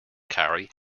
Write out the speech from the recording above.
carry